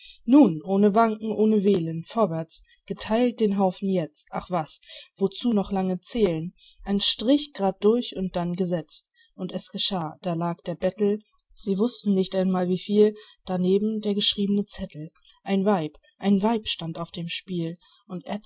nun ohne wanken ohne wählen vorwärts getheilt den haufen jetzt ach was wozu noch lange zählen ein strich grad durch und dann gesetzt und es geschah da lag der bettel sie wußten nicht einmal wieviel daneben der geschriebne zettel ein weib ein weib stand auf dem spiel und